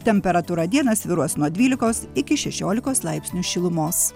temperatūra dieną svyruos nuo dvylikos iki šešiolikos laipsnių šilumos